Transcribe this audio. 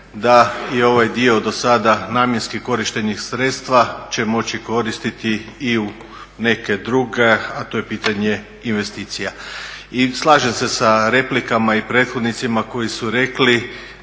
da i ovaj dio dosada namjenski korištenih sredstava će moći koristiti i u neke druge, a to je pitanje investicija. I slažem se sa replikama i prethodnicima koji su rekli